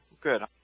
good